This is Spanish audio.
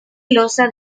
losa